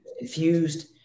Infused